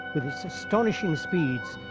with its astonishing speeds,